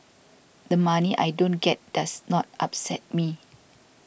the money I don't get does not upset me